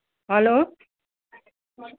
hello